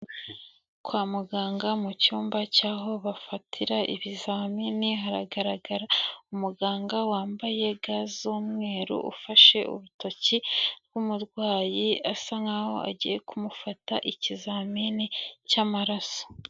Kwa muganga mu cyumba cy'aho bafatira ibizamini, haragaragara umuganga wambaye ga z'umweru ufashe urutoki rw'umurwayi, asa nkaho agiye kumufata ikizamini cy'amaraso.